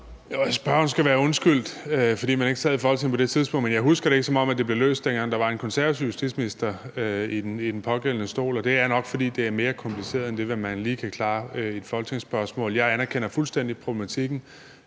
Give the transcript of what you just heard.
Spørgeren skal være undskyldt, fordi han ikke sad i Folketinget på det tidspunkt. Men jeg husker det ikke, som om det blev løst, dengang der sad en konservativ justitsminister i stolen, og det er nok, fordi det er mere kompliceret end det, man lige kan klare med et folketingsspørgsmål. Jeg anerkender fuldstændig problematikken.